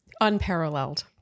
unparalleled